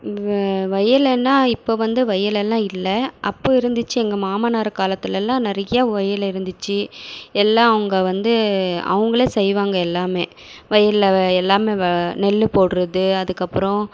இங்கே வயலெல்லாம் இப்போ வந்து வயலெல்லாம் இல்லை அப்போ இருந்துச்சு எங்கள் மாமனார் காலத்துலலாம் நிறைய வயல் இருந்துச்சு எல்லாம் அவங்க வந்து அவங்களே செய்வாங்க எல்லாமே வயலில் வ எல்லாமே வ நெல் போடுறது அதுக்கப்பறம்